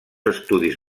estudis